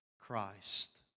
Christ